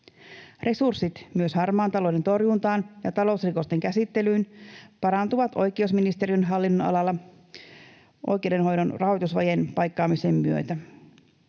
Resurssit myös harmaan talouden torjuntaan ja talousrikosten käsittelyyn parantuvat oikeusministeriön hallinnonalalla oikeudenhoidon rahoitusvajeen paikkaamisen myötä.